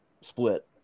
split